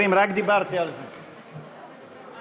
(מחיאות